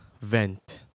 vent